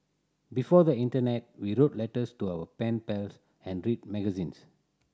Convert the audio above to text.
before the internet we wrote letters to our pen pals and read magazines